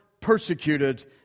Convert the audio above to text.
persecuted